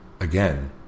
Again